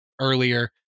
earlier